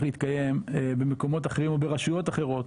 להתקיים במקומות אחרים או ברשויות אחרות,